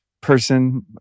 person